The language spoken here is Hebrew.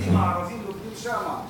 מהתלמידים הערבים בה לומדים שם.